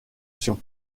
sur